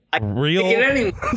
real